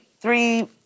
three